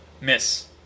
Miss